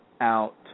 out